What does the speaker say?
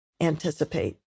anticipate